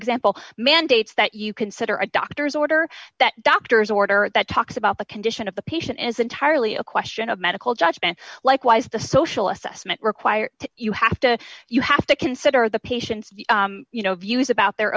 example mandates that you consider a doctor's order that doctor's order that talks about the condition of the patient is entirely a question of medical judgment likewise the social assessment required to you have to you have to consider the patient's you know views about their